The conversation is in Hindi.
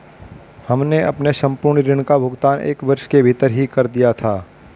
हमने अपने संपूर्ण ऋण का भुगतान एक वर्ष के भीतर ही कर दिया था